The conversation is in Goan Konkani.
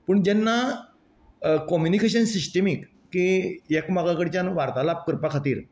पूण जेन्ना कोम्युनिकेशन सिस्टमित की एकामेकां कडच्यान वार्ता लाभ करपा खातीर